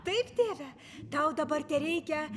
taip tėve tau dabar tereikia